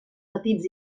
petits